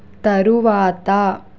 తరువాత